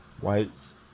whites